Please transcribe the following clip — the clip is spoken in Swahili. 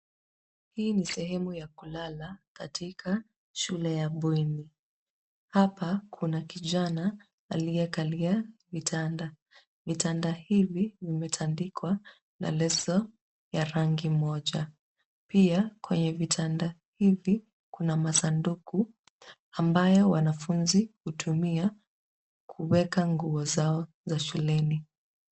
Hii ni sehemu ya kulala katika shule ya bweni. Hapa kuna kijana aliyekalia vitanda. Vitanda hivi vimetandikwa na leso ya rangi moja. Pia kwenye vitanda hivyo kuna masanduku ambayo wanafunzi hutumia kuweka nguo zao za shuleni.